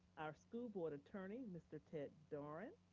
our school board attorney, mr. ted doran.